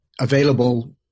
available